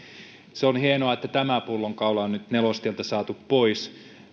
on hienoa että tämä pullonkaula on nyt nelostieltä saatu pois